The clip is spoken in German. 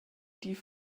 die